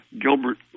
Gilbert